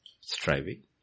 striving